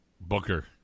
Booker